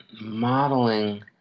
Modeling